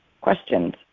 Questions